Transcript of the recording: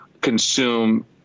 consume